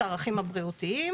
את הערכים הבריאותיים.